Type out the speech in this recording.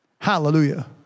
Hallelujah